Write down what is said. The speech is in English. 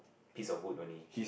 piece of wood only